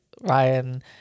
Ryan